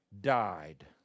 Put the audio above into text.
died